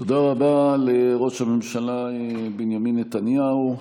תודה רבה לראש הממשלה בנימין נתניהו.